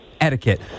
etiquette